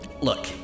Look